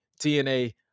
TNA